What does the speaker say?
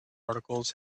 articles